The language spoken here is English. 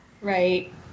Right